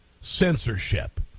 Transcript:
censorship